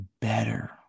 better